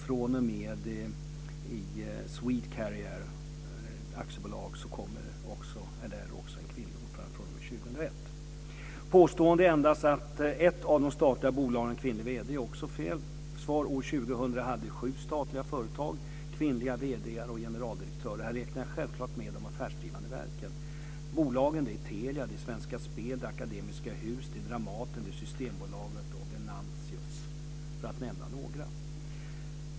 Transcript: fr.o.m. år 2001 är det också en kvinnlig ordförande i AB Påståendet att endast ett av de statliga bolagen har en kvinnlig vd är också fel. År 2000 hade sju statliga företag kvinnliga vd:ar och generaldirektörer. Här räknar jag självklart med de affärsdrivande verken. Dramaten, Systembolaget och Venantius, för att nämna några.